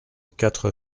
quatre